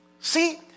See